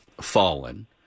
fallen